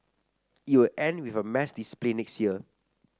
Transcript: it will end with a mass display next year